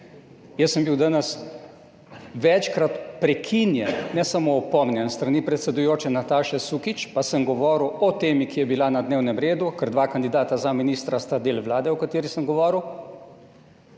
Jaz sem bil danes večkrat prekinjen ne samo opomnjen s strani predsedujoče Nataše Sukič, pa sem govoril o temi, ki je bila na dnevnem redu, ker dva kandidata za ministra sta del Vlade, o kateri sem govoril,